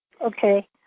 Okay